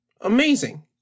amazing